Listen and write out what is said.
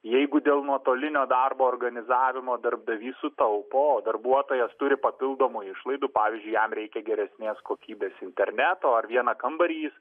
jeigu dėl nuotolinio darbo organizavimo darbdavys sutaupo o darbuotojas turi papildomų išlaidų pavyzdžiui jam reikia geresnės kokybės interneto ar vieną kambarį jis